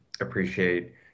appreciate